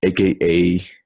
AKA